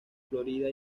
florida